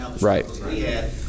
right